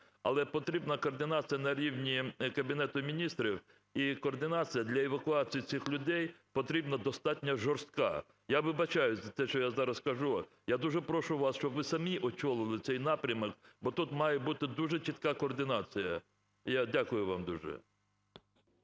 Але потрібна координація на рівні Кабінету Міністрів і координація для евакуації цих людей потрібна достатньо жорстка. Я вибачаюсь за те, що я зараз кажу. Я дуже прошу вас, щоб ви самі очолили цей напрямок, бо тут має бути дуже чітка координація. Я дякую вам дуже.